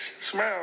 Smile